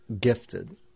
gifted